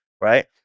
right